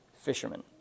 fishermen